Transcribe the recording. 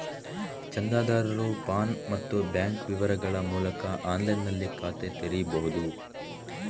ಚಂದಾದಾರರು ಪಾನ್ ಮತ್ತೆ ಬ್ಯಾಂಕ್ ವಿವರಗಳ ಮೂಲಕ ಆನ್ಲೈನಿನಲ್ಲಿ ಖಾತೆ ತೆರೀಬಹುದು